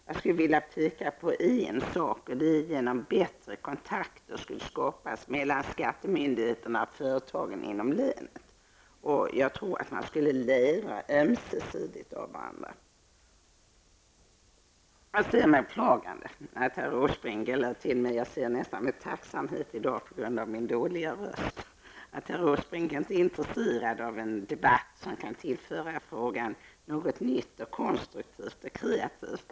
Jag skulle vilja påpeka en sak: bättre kontakter skulle skapas mellan skattemyndigheterna och företagen inom länet. Jag tror att man skulle kunna lära ömsesidigt av varandra. Jag ser med beklagande att herr Åsbrink -- nästan med tacksamhet i dag på grund av min dåliga röst -- inte är intresserad av en debatt som kan tillföra frågan något nytt, konstruktivt och kreativt.